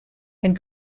and